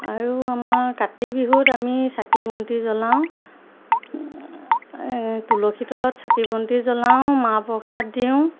আৰু আমাৰ কাতি বিহুত আমি চাকি বন্তি জ্বলাওঁ তুলসী তলত চাকি বন্তি জ্বলাওঁ মাহ প্ৰসাদ দিওঁ